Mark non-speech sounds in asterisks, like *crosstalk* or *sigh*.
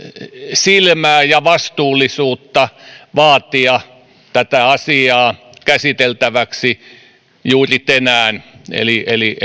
silmää ja vastuullisuutta vaatia tätä asiaa käsiteltäväksi juuri tänään eli eli *unintelligible*